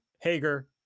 Hager